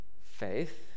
faith